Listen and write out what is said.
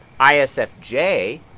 ISFJ